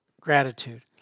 gratitude